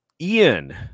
Ian